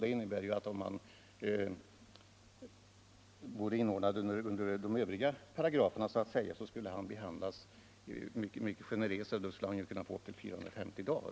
Det innebär att han skulle behandlas mycket generösare under de andra paragraferna, att han i stället skulle ha kunnat få ersättning upp till 450 dagar.